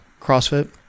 CrossFit